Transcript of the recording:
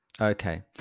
Okay